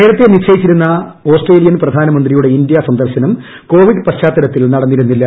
നേരത്തെ നിശ്ചയിച്ചിരുന്ന ഓസ്ട്രേലിയൻ പ്രധാനമന്ത്രിയുടെ ഇന്ത്യ സന്ദർശനം ക് ക്കോപിഡ് പശ്ചാത്തലത്തിൽ നടന്നിരുന്നില്ല